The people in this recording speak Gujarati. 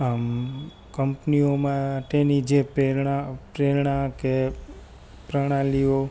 આમ કંપનીઓ માટેની જે પ્રેરણા પ્રેરણા કે પ્રણાલીઓ